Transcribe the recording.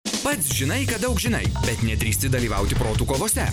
pats žinai kad daug žinai bet nedrįsti dalyvauti protų kovose